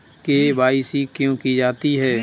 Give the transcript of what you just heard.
KYC क्यों की जाती है?